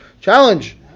Challenge